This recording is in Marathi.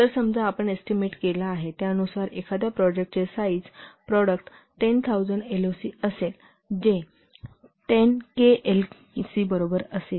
तर समजा आपण एस्टीमेट केला आहे त्यानुसार एखाद्या प्रॉडक्टचे साईज प्रॉडक्ट 10000 एलओसी असेल जे दहा केएलओसी बरोबर असेल